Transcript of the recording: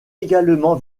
également